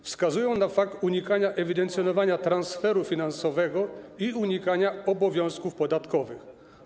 Wskazują oni na fakt unikania ewidencjonowania transferu finansowego i unikania obowiązków podatkowych.